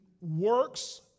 works